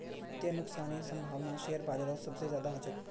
वित्तीय नुकसानेर सम्भावना शेयर बाजारत सबसे ज्यादा ह छेक